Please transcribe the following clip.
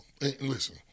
Listen